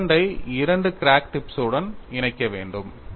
இந்த 2 ஐ 2 கிராக் டிப்ஸுடன் இணைக்க வேண்டாம்